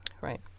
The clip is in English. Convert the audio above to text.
Right